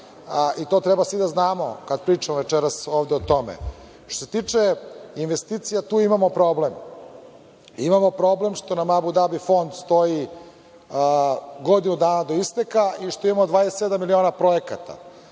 i to treba svi da znamo kada pričamo večeras o tome. Što se tiče investicija, tu imamo problem. Imamo problem što nam Abu Dabi fond stoji godinu dana do isteka i što imamo 27 miliona projekata